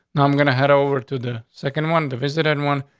now i'm gonna head over to the second one to visit and one,